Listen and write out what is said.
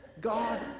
God